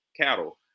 cattle